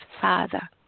Father